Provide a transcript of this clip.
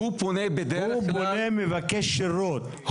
הוא פונה, מבקש שירות,